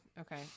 Okay